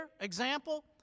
example